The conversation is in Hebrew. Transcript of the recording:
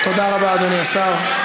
תודה רבה, אדוני השר.